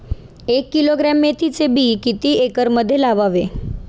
एक किलोग्रॅम मेथीचे बी किती एकरमध्ये लावावे?